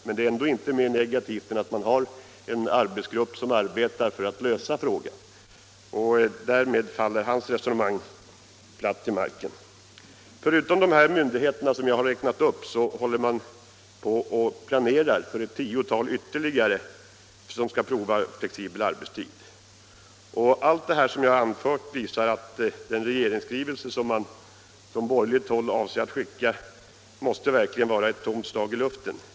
Men det är ändå inte mer negativt än att man har en arbetsgrupp som arbetar för att lösa frågan. Därmed faller hans resonemang platt till marken. Förutom de myndigheter som jag har räknat upp är ytterligare ett tiotal intresserade för att prova flexibel arbetstid. Allt detta som jag nu anfört visar, att den regeringsskrivelse som man ifrån borgerligt håll avser att skicka verkligen måste vara ett tomt slag i luften.